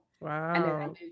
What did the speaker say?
Wow